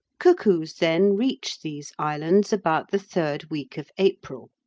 cuckoos, then, reach these islands about the third week of april,